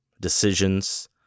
decisions